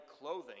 clothing